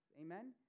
Amen